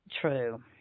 True